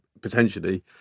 potentially